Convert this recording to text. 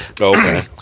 Okay